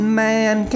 man